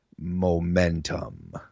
momentum